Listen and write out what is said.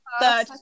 Third